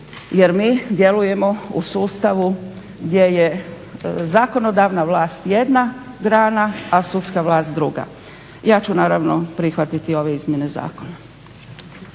jer mi djelujemo u sustavu gdje je zakonodavna vlast jedna grana, a sudska vlast druga. Ja ću naravno prihvatiti ove izmjene zakona.